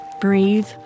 Breathe